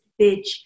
bitch